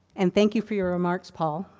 and, thank you for your remarks, paul.